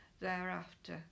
thereafter